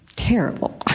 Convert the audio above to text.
terrible